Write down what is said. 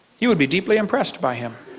you would be deeply impressed by him.